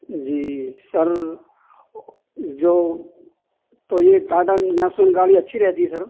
جی sir جو تو یہ ٹاٹا نیکسون گاڑی اچھی رہتی ہے سر